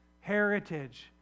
heritage